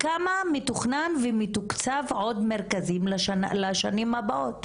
כמה מתוכנן ומתוקצבים עוד מרכזים לשנים הבאות?